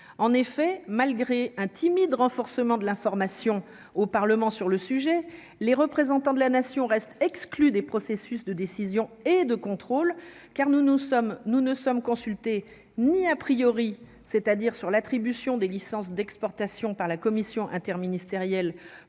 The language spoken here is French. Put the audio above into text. en effet, malgré un timide, renforcement de l'information au Parlement sur le sujet, les représentants de la nation reste exclu des processus de décision et de contrôle, car nous nous sommes, nous ne sommes consultés ni a priori, c'est-à-dire sur l'attribution des licences d'exportation par la Commission interministérielle